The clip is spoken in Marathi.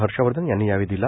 हर्षवर्धन यांनी यावेळी दिला